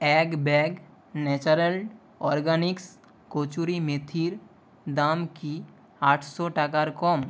এক bag natural organics Kasuri মেথির দাম কি আটশো টাকার কম